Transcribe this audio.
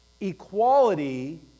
equality